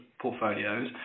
portfolios